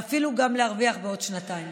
ואפילו גם להרוויח בעוד שנתיים.